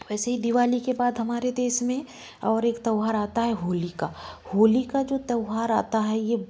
वैसे ही दिवाली के बाद हमारे देश में और एक त्यौहार आता है होली का होली का जो त्यौहार आता है ये